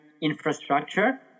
infrastructure